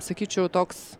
sakyčiau toks